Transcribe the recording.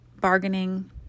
bargaining